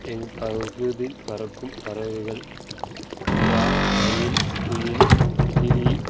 எங்கள் பகுதியில் பறக்கும் பறவைகள் புறா மயில் குயில் கிளி